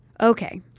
Okay